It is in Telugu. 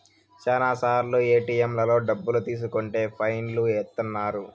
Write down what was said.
శ్యానా సార్లు ఏటిఎంలలో డబ్బులు తీసుకుంటే ఫైన్ లు ఏత్తన్నారు